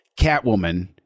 Catwoman